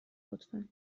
لطفا